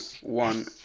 one